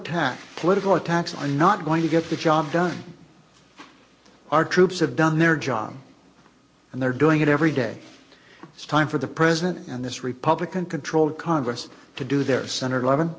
tax political attacks are not going to get the job done our troops have done their job and they're doing it every day it's time for the president and this republican controlled congress to do their senator lev